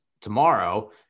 tomorrow